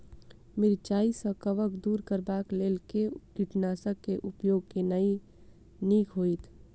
मिरचाई सँ कवक दूर करबाक लेल केँ कीटनासक केँ उपयोग केनाइ नीक होइत?